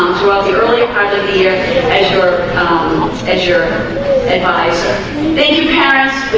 throughout the early part of the year as your edger advisor thank you parents